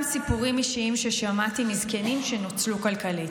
סיפורים אישיים ששמעתי מזקנים שנוצלו כלכלית.